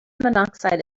monoxide